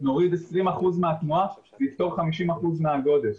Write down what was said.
נוריד 20% מהתנועה נפתור 50% מהגודש,